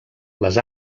les